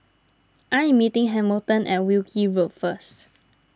I am meeting Hamilton at Wilkie Road first